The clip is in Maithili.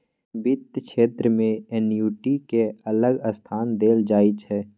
बित्त क्षेत्र मे एन्युटि केँ अलग स्थान देल जाइ छै